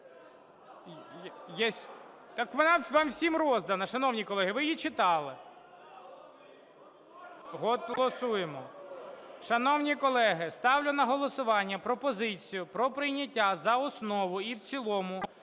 Так вона вам всім роздана, шановні колеги, ви її читали. Голосуємо. Шановні колеги, ставлю на голосування пропозицію про прийняття за основу і в цілому